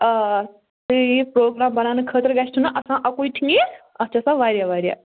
آ تُہۍ یہِ پروگرام بَناونہٕ خٲطرٕ گژھِ چھُ نہٕ آسان اَکُے چیٖز اَتھ چھِ آسان واریاہ واریاہ